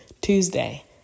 Tuesday